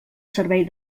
servei